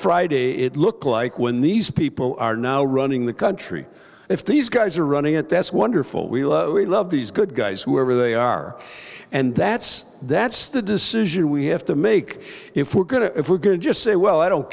friday it look like when these people are now running the country if these guys are running it that's wonderful we love these good guys whoever they are and that's that's the decision we have to make if we're going to if we're going to just say well i don't